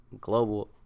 global